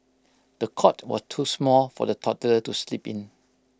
the cot was too small for the toddler to sleep in